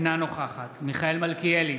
אינה נוכחת מיכאל מלכיאלי,